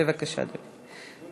בבקשה, אדוני.